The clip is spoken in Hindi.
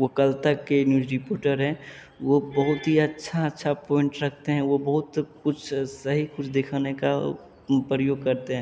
वे कल तक के न्यूज रिपोर्टर हैं वो बहुत ही अच्छी अच्छी पॉइंट रखते हैं वह बहुत कुछ सही कुछ दिखाने का प्रयोग करते हैं